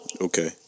Okay